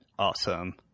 Awesome